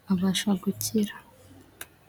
akabasha gukira.